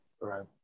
Right